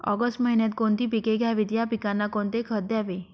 August महिन्यात कोणती पिके घ्यावीत? या पिकांना कोणते खत द्यावे?